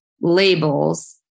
labels